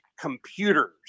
computers